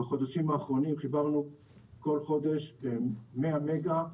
בחודשים האחרונים, חיברנו בכל חודש 100 מגה,